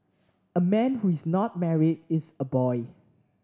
a man who is not married is a boy